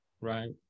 right